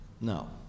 No